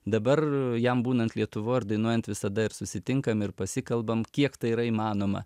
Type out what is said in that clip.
dabar jam būnant lietuvo ir dainuojant visada ir susitinkam ir pasikalbam kiek tai yra įmanoma